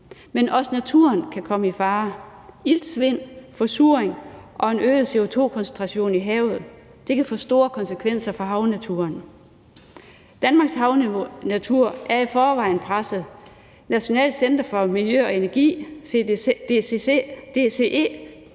Men også naturen kan komme i fare. Iltsvind, forsuring og en øget CO2-koncentration i havet kan få store konsekvenser for havnaturen. Danmarks havnatur er i forvejen presset. DCE, Nationalt Center for Miljø og Energi,